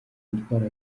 gutwara